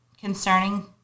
concerning